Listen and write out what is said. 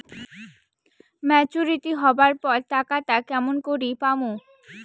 Maturity হবার পর টাকাটা কেমন করি পামু?